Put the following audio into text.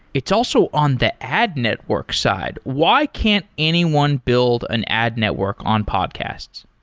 it's also on the ad network side. why can't anyone build an ad network on podcasts?